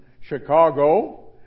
Chicago